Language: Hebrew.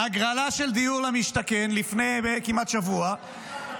בהגרלה של דיור למשתכן לפני כמעט שבוע,